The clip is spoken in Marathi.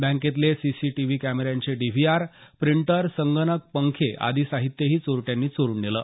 बँकेतले सीसीटीव्ही कॅमेऱ्यांचे डीव्हीआर प्रिंटर संगणक पंखे आदी साहित्यही चोरट्यांनी चोरून नेलं